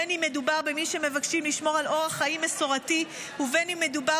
בין שמדובר במי שמבקשים לשמור על אורח חיים מסורתי ובין שם מדובר